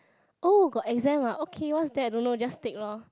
oh got exam ah okay what's that don't know just take lor